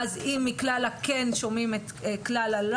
ואז אם מכלל ה-כן שומעים את ה-לאו.